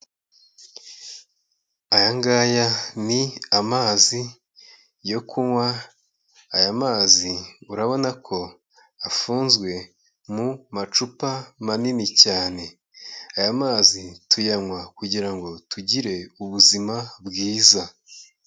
Aya ngaya ni amazi yo kunywa, aya mazi urabona ko afunzwe mu macupa manini cyane, aya mazi tuyanywa kugirango tugire ubuzima bwiza.